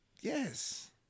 Yes